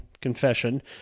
Confession